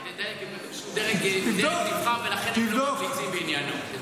הוא דרג נבחר, ולכן הם לא ממליצים בעניינו.